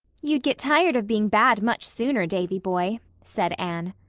you'd get tired of being bad much sooner, davy-boy, said anne.